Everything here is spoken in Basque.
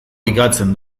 ligatzen